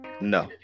no